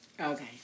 Okay